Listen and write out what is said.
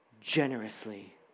generously